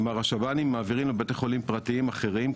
כלומר השב"נים מעבירים לבתי חולים פרטיים אחרים,